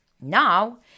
now